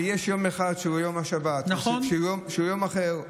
ויש יום אחד שהוא יום השבת, שהוא יום אחר.